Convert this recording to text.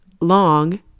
long